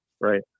right